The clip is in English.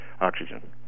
oxygen